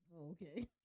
Okay